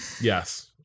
Yes